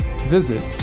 Visit